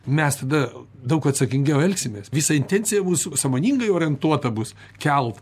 mes tada daug atsakingiau elgsimės visa intencija bus sąmoningai orientuota bus kelt